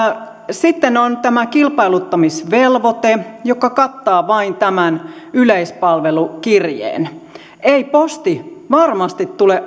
sitten on tämä kilpailuttamisvelvoite joka kattaa vain tämän yleispalvelukirjeen ei posti varmasti tule